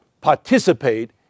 participate